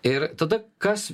ir tada kas